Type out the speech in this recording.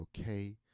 okay